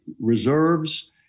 reserves